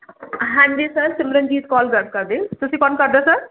ਹਾਂਜੀ ਸਰ ਸਿਮਰਨਜੀਤ ਕੌਰ ਗੱਲ ਕਰਦੇ ਆ ਤੁਸੀਂ ਕੌਣ ਕਰਦੇ ਸਰ